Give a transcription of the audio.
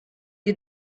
you